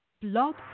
Blog